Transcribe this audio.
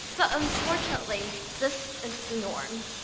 but unfortunately, this is the norm.